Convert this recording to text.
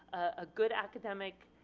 a good academic,